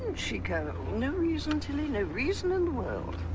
she go? no reason tilly no reason in the world.